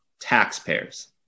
taxpayers